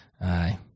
aye